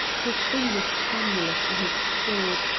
his fingers tremulous on his sword,